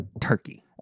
turkey